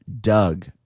Doug